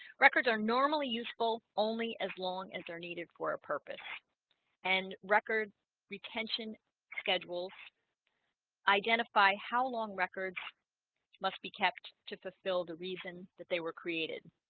records are normally useful only as long as they're needed for a purpose and records retention schedules identify how long records must be kept to fulfill the reason that they were created